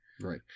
Right